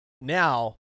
Now